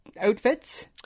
outfits